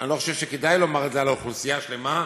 אני לא חושב שכדאי לומר את זה על אוכלוסייה שלמה,